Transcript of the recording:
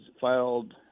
filed